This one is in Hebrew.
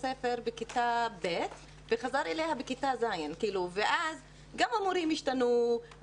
הספר בכיתה ב' וחזר אליה בכיתה ז' ואז גם המורים השתנו,